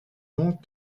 donc